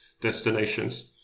destinations